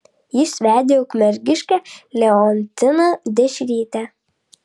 jis vedė ukmergiškę leontiną dešrytę